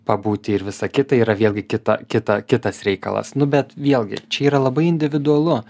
pabūti ir visa kita yra vėlgi kita kita kitas reikalas nu bet vėlgi čia yra labai individualu